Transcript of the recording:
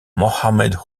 mohamed